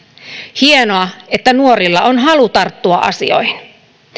hienoa että nuorilla on halu tarttua asioihin